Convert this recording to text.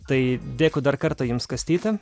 tai dėkui dar kartą jums kastyti